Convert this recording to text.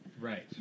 right